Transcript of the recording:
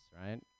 right